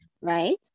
right